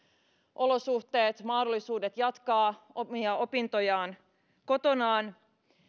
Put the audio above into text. olosuhteet ja mahdollisuudet jatkaa opintojaan kotonaan